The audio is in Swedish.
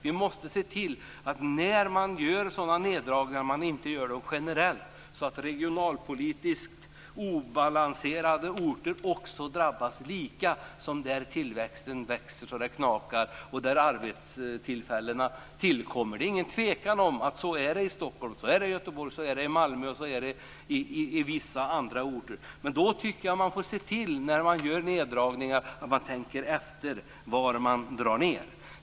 Vi måste se till att man, när man gör neddragningar, inte gör dem generellt så att regionalpolitiskt obalanserade orter drabbas lika som de orter där tillväxten är så stor att det knakar och där arbetstillfällen tillkommer. Det är ingen tvekan om att det är så i Stockholm, Göteborg, Malmö och vissa andra orter. Då tycker jag att man får se till att man tänker efter när man gör sådana neddragningar.